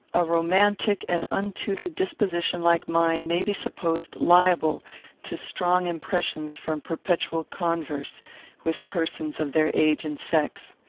a romantic and untutored disposition like mine may be supposed liable to strong impressions from perpetual converse with persons of their age and sex.